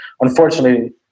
unfortunately